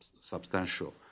substantial